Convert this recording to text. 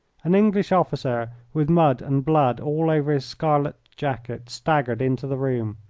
an english officer, with mud and blood all over his scarlet jacket, staggered into the room.